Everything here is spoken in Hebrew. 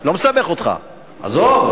לא מסבך אותך, עזוב.